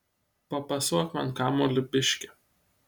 papasuok man kamuolį biškį